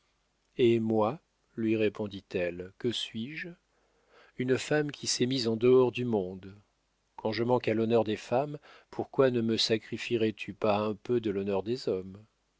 et moi lui répondit-elle que suis-je une femme qui s'est mise en dehors du monde quand je manque à l'honneur des femmes pourquoi ne me sacrifierais tu pas un peu de l'honneur des hommes